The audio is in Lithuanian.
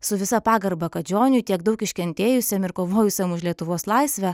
su visa pagarba kadžioniui tiek daug iškentėjusiam ir kovojusiam už lietuvos laisvę